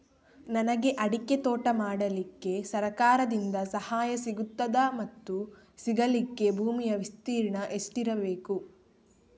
ನನಗೆ ಅಡಿಕೆ ತೋಟ ಮಾಡಲಿಕ್ಕೆ ಸರಕಾರದಿಂದ ಸಹಾಯ ಸಿಗುತ್ತದಾ ಮತ್ತು ಸಿಗಲಿಕ್ಕೆ ಭೂಮಿಯ ವಿಸ್ತೀರ್ಣ ಎಷ್ಟು ಇರಬೇಕು?